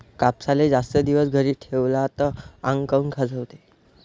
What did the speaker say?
कापसाले जास्त दिवस घरी ठेवला त आंग काऊन खाजवते?